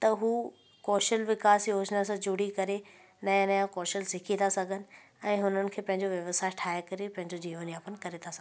त हू कौशल विकास योजिना सां जुड़ी करे नवां नवां कौशल सिखी था सघनि ऐं उन्हनि खे पंहिंजो व्यवसाय ठाहे करे पंहिंजो जीवन व्यापनि करे था सघनि